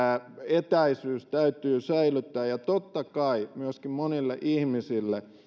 etäisyys täytyy säilyttää ja totta kai myöskin monille ihmisille